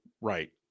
right